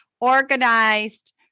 organized